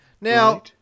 now